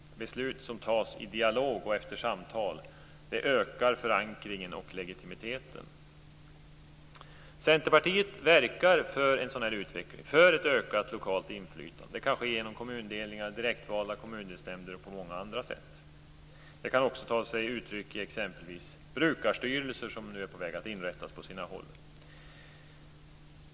Att beslut tas i dialog och efter samtal ökar förankringen och legitimiteten. Centerpartiet verkar för en sådan här utveckling, för ett ökat lokalt inflytande. Det kan ske genom kommundelningar, direktvalda kommundelsnämnder och på många andra sätt. Det kan också exempelvis ta sig uttryck i brukarstyrelser, som håller på att inrättas på sina håll.